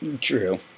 True